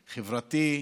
חברתי.